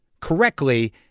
correctly